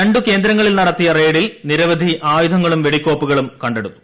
രണ്ടു കേന്ദ്രങ്ങളിൽ നടത്തിയ റെയ്ഡിൽ നിരവധി ആയുധങ്ങളും വെടിക്കോപ്പുകളും കണ്ടെടുത്തു